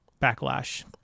backlash